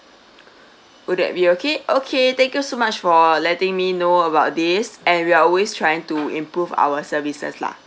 will that be okay okay thank you so much for letting me know about this and we're always trying to improve our services lah